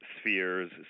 spheres